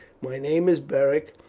my name is beric,